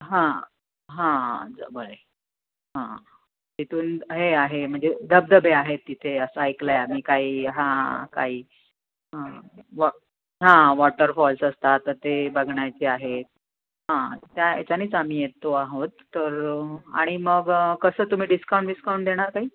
हां हां जवळे हां तथून हे आहे म्हणजे धबधबे आहेत तिथे असं ऐकलं आहे आम्ही काही हां काही हा वॉ हां वॉटरफॉल्स असतात तर ते बघण्याचे आहेत हां त्या याच्यानेच आम्ही येतो आहोत तर आणि मग कसं तुम्ही डिस्काउंट बिस्काउंट देणार काही